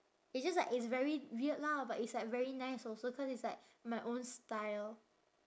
it's just like it's very weird lah but it's like very nice also cause it's like my own style